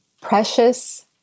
precious